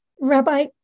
Rabbi